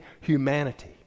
humanity